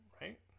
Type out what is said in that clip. right